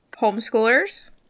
Homeschoolers